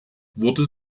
wurde